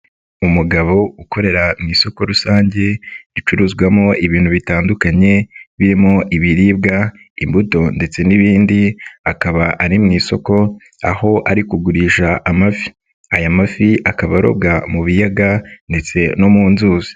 Umugabo ukorera mu isoko rusange ricuruzwamo ibintu bitandukanye, birimo: ibiribwa, imbuto ndetse n'ibindi, akaba ari mu isoko, aho ari kugurisha amafi. Aya mafi akaba arobwa mu biyaga ndetse no mu nzuzi.